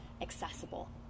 accessible